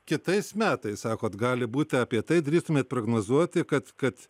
kitais metais sakot gali būti apie tai drįstumėt prognozuoti kad kad